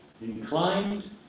inclined